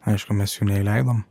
aišku mes jų neįleidom